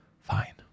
fine